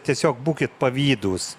tiesiog būkit pavydūs